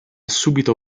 subito